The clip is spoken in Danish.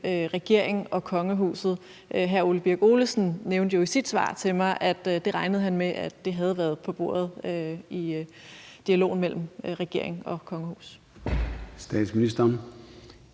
regeringen og kongehuset? Hr. Ole Birk Olesen nævnte jo i sit svar til mig, at han regnede med, at det havde været på bordet i dialogen mellem regeringen og kongehuset.